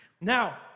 Now